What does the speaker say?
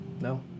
No